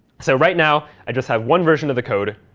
so right now, i just have one version of the code.